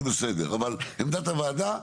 עמדת הוועדה,